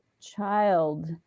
child